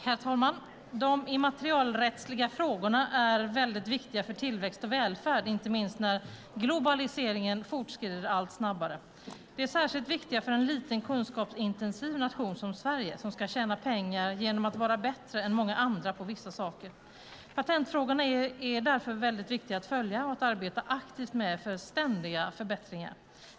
Herr talman! De immaterialrättsliga frågorna är mycket viktiga för tillväxt och välfärd, inte minst när globaliseringen fortskrider allt snabbare. De är särskilt viktiga för en liten, kunskapsintensiv nation som Sverige som ska tjäna pengar genom att vara bättre än många andra på vissa saker. Patentfrågorna är därför mycket viktiga att följa och att arbeta aktivt med för ständiga förbättringar.